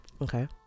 Okay